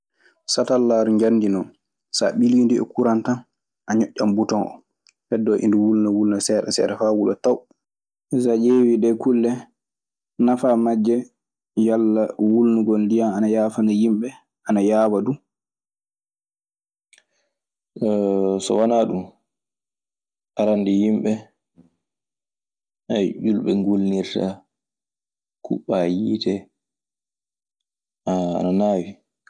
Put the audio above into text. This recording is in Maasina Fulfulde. Satallaaru njamndi non sa mbiliindu e kuran tan. A ñoƴƴaa buton oo heddoo e ndu wulnaa wulnaa seeɗa seeɗa faa wula. So a ƴeewii ɗee kulle nafaaji maɓɓe yala wulnugol ndiyan ana yaafaa yimɓe, ana yaawa du. So wanaa ɗun, arannde yimɓe ñulɓe ngulnirta, kuɓɓaa yiite. Ana naawi.